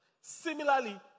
Similarly